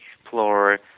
explore